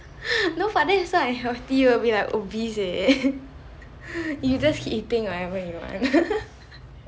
no but then it will be so unhealthy be like obese leh you just keep eating whenever you want